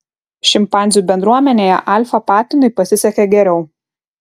šimpanzių bendruomenėje alfa patinui pasisekė geriau